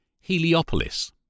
Heliopolis